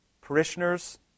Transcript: Parishioners